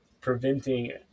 preventing